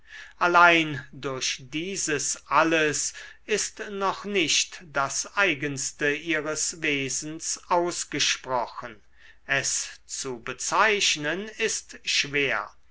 allein durch dieses alles ist noch nicht das eigenste ihres wesens ausgesprochen es zu bezeichnen ist schwer